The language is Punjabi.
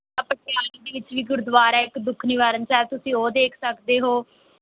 ਪਟਿਆਲਾ ਦੇ ਵਿੱਚ ਵੀ ਗੁਰਦੁਆਰਾ ਹੈ ਇੱਕ ਦੁੱਖ ਨਿਵਾਰਨ ਸਾਹਿਬ ਤੁਸੀਂ ਉਹ ਦੇਖ ਸਕਦੇ ਹੋ